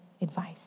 advice